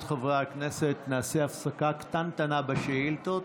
ברשות חברי הכנסת, נעשה הפסקה קטנטנה בשאילתות.